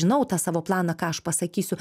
žinau tą savo planą ką aš pasakysiu